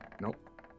Nope